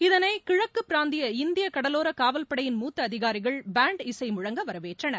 இதனை கிழக்கு பிராந்திய இந்திய கடலோர காவல் படையின் மூத்த அதிகாரிகள் பேண்ட் இசை முழங்க வரவேற்றனர்